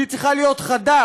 שהיא צריכה להיות חדה,